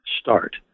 start